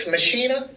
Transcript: Machina